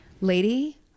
lady